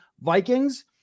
Vikings